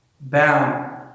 bound